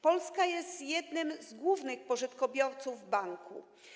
Polska jest jednym z głównych pożyczkobiorców Banku.